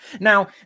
Now